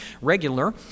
regular